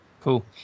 Cool